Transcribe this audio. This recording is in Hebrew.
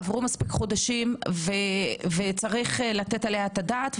עברו מספיק חודשים ויש לתת עליה את הדעת.